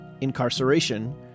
incarceration